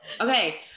Okay